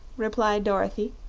replied dorothy,